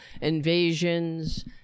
Invasions